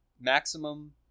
maximum